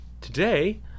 Today